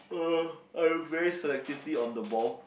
I very selectively on the ball